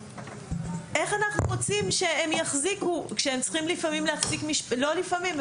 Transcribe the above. איך אנחנו רוצים שהן יחזיקו כשהן צריכים לפעמים וגם לא לפעמים,